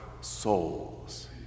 souls